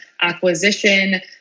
acquisition